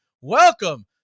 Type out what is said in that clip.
Welcome